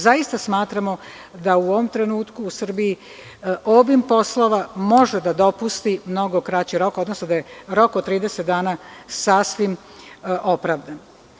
Zaista smatramo da u ovom trenutku u Srbiji obim poslova može da dopusti mnogo kraći rok, odnosno da je rok od 30 dana sasvim opravdan.